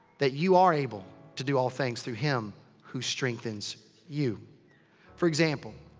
that, you are able to do all things through him who strengthens you for example.